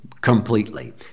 completely